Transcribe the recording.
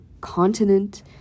continent